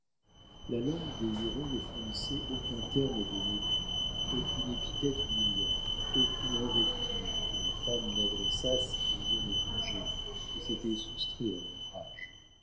la langue des hurons ne fournissait aucun terme de mépris aucune épithète humiliante aucune invective que les femmes n'adressassent au jeune étranger qui s'était soustrait à leur rage